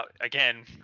again